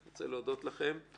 אני רוצה להודות לכם,